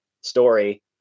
story